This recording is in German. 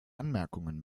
anmerkungen